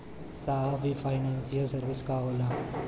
साहब इ financial service का होला?